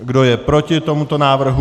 Kdo je proti tomuto návrhu?